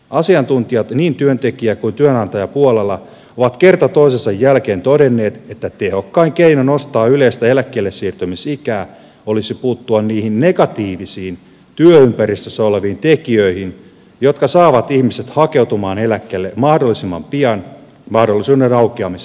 asiantuntijat niin työntekijä kuin työnantajapuolella ovat kerta toisensa jälkeen todenneet että tehokkain keino nostaa yleistä eläkkeellesiirtymisikää olisi puuttua niihin negatiivisiin työympäristössä oleviin tekijöihin jotka saavat ihmiset hakeutumaan eläkkeelle mahdollisimman pian mahdollisuuden aukeamisen jälkeen